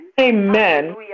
Amen